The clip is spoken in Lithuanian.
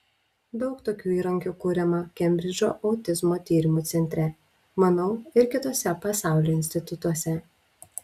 daug tokių įrankių kuriama kembridžo autizmo tyrimų centre manau ir kituose pasaulio institutuose